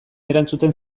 erantzuten